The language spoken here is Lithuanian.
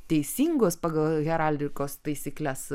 teisingos pagal heraldikos taisykles